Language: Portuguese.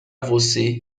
você